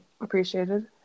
appreciated